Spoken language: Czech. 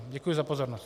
Děkuji za pozornost.